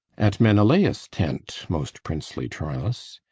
at menelaus' tent, most princely troilus.